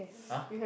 !huh!